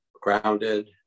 grounded